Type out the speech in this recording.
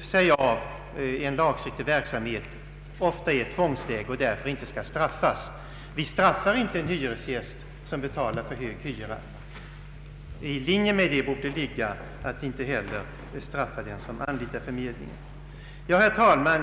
sig av en lagstridig verksamhet befinner sig ofta i ett tvångsläge och bör därför inte straffas. En hyresgäst som betalar för hög hyra straffas ju inte av detta skäl. I linje därmed borde ligga att inte heller straffa den som anlitar förmedlingen. Herr talman!